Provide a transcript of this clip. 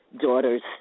daughters